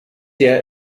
der